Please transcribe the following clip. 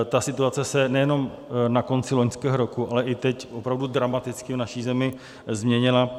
Ta situace se nejenom na konci loňského roku, ale i teď opravdu dramaticky v naší zemi změnila.